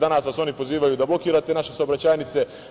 Danas vas oni pozivaju da blokirate naše saobraćajnice.